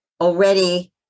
already